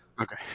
Okay